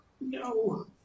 No